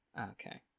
Okay